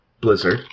blizzard